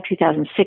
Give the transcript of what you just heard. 2006